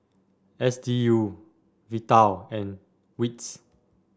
S D U Vital and WITS